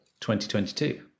2022